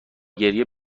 گریه